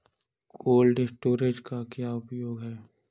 Cold storage का क्या उपयोग है?